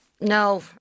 No